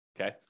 okay